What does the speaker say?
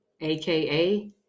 AKA